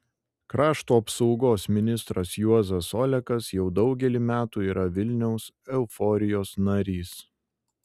krašto apsaugos ministras juozas olekas jau daugelį metų yra vilniaus euforijos narys